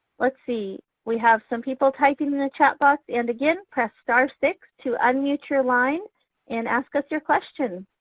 let's see, we have some people typing in the chat box and again press star six to unmute your line and ask us your question.